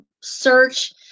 search